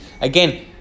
again